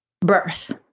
birth